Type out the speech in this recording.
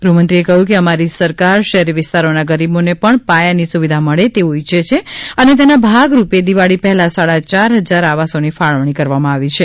ગૃહમંત્રી એ કહ્યુ કે અમારી સરકાર શહેરી વિસ્તારોના ગરીબોને પણ પાયાની સુવિધા મળે તેવ્રં ઇચ્છે છે અને તેના ભાગરૂપે દિવાળી પહેલા સાડા ચાર હજાર આવાસોની ફાળવણી કરવામાં આવી છે